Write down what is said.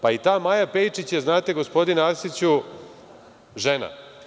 Pa, i ta Maja Pejčić je, znate, gospodine Arsiću, žena.